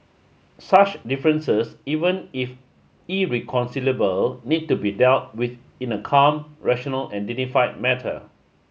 such differences even if irreconcilable need to be dealt with in a calm rational and dignified matter